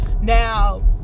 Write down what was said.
Now